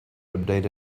update